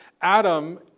Adam